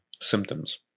symptoms